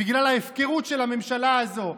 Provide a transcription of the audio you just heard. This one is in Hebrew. בגלל ההפקרות של הממשלה הזאת,